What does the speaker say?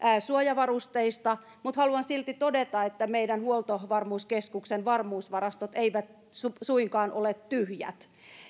suojavarusteista mutta haluan silti todeta että meidän huoltovarmuuskeskuksen varmuusvarastot eivät suinkaan ole tyhjät